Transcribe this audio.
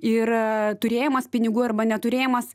ir turėjimas pinigų arba neturėjimas